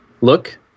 look